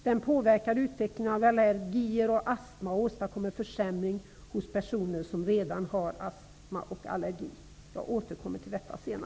Den påverkar utvecklingen av allergier och astma och åstadkommer en försämring hos personer som redan har astma och allergi. Jag återkommer senare till detta.